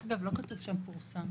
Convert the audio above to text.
אגב, לא כתוב שם פורסם.